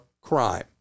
crime